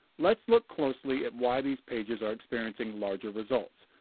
let's look closely at why these pages are experiencing larger results.